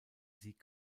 sieg